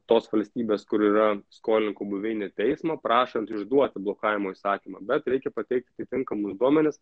tos valstybės kur yra skolininko buveinė teismą prašant išduoti blokavimo įsakymą bet reikia pateikti tinkamus duomenis